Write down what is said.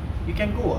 you can go ah